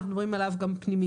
ואנחנו מדברים עליו גם פנימית.